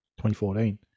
2014